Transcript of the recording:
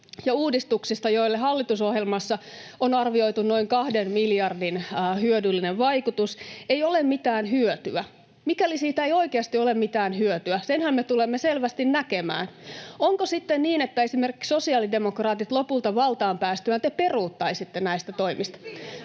ja -uudistuksista, joille hallitusohjelmassa on arvioitu noin kahden miljardin hyödyllinen vaikutus, ei ole mitään hyötyä, mikäli niistä ei oikeasti ole mitään hyötyä, niin senhän me tulemme selvästi näkemään. Onko sitten niin, että esimerkiksi te sosiaalidemokraatit lopulta valtaan päästyänne peruuttaisitte näistä toimista?